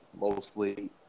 mostly